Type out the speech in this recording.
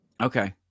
Okay